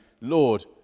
Lord